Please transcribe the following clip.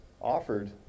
offered